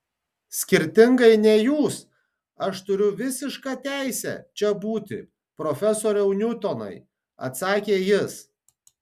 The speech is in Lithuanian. skirtingai nei jūs aš turiu visišką teisę čia būti profesoriau niutonai atsakė jis